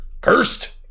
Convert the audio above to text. Cursed